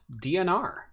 DNR